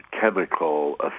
chemical